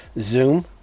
Zoom